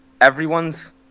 everyone's